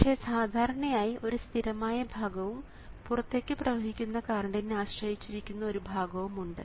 പക്ഷേ സാധാരണയായി ഒരു സ്ഥിരമായ ഭാഗവും പുറത്തേക്ക് പ്രവഹിക്കുന്ന കറണ്ടിനെ ആശ്രയിച്ചിരിക്കുന്ന ഒരു ഭാഗവുമുണ്ട്